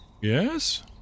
Yes